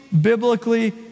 biblically